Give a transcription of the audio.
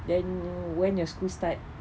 then when your school start